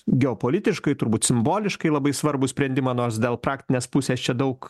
geopolitiškai turbūt simboliškai labai svarbų sprendimą nors dėl praktinės pusės čia daug